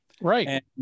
Right